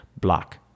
Block